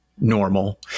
normal